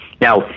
Now